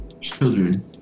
children